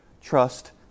Trust